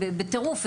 בטירוף,